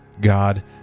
God